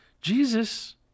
Jesus